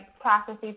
processes